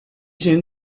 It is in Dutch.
zin